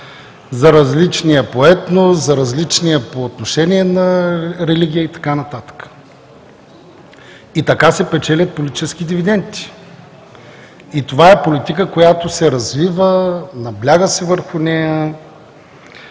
за различния по етнос, за различния по отношение на религия и така нататък. И така се печелят политически дивиденти. Това е политика, която се развива, набляга се върху нея